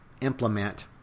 implement